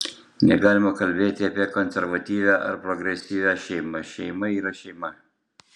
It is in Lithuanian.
negalima kalbėti apie konservatyvią ar progresyvią šeimą šeima yra šeima